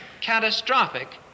catastrophic